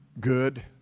good